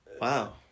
Wow